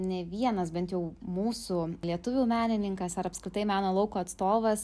ne vienas bent jau mūsų lietuvių menininkas ar apskritai meno lauko atstovas